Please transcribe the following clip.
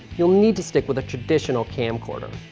you'll need to stick with a traditional camcorder.